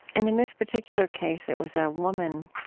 and in this particular case it was a woman,